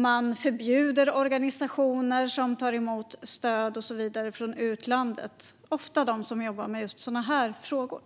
Man förbjuder organisationer som tar emot stöd och så vidare från utlandet. Det handlar ofta om dem som jobbar med sådana frågor.